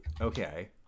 Okay